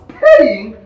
paying